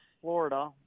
Florida